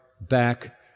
back